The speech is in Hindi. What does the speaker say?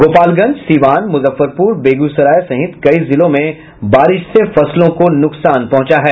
गोपालगंज सीवान मुजफ्फरपुर बेगूसराय सहित कई जिलों में बारिश से फसलों को नुकसान पहुंचा है